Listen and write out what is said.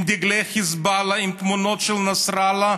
עם דגלי חיזבאללה, עם תמונות של נסראללה,